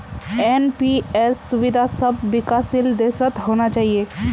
NPS सुविधा सब विकासशील देशत होना चाहिए